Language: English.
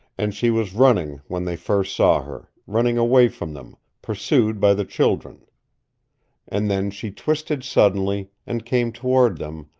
and she was running when they first saw her running away from them, pursued by the children and then she twisted suddenly, and came toward them,